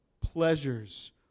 pleasures